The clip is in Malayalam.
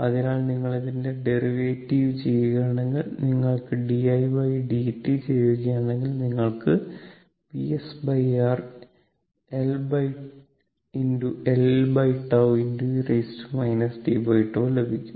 അതിനാൽ നിങ്ങൾ ഇതിന്റെ ഡെറിവേറ്റീവ് ചെയ്യുകയാണെങ്കിൽ നിങ്ങൾ didt ചെയ്യുകയാണെങ്കിൽ നിങ്ങൾക്ക് VsR Lτ e t τ ലഭിക്കും